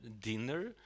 dinner